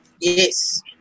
Yes